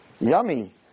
Yummy